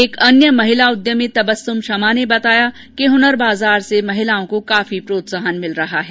एक अन्य महिला उद्यमी तबस्सुम शमा ने बताया कि हुनर बाजार से महिलाओं को काफी प्रोत्साहन मिल रहा है